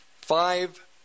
five